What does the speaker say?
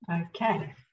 Okay